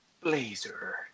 Blazer